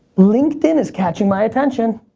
linkedin is catching my attention.